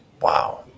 Wow